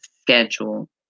schedule